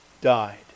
died